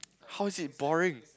how is it boring